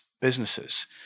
businesses